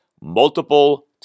multiple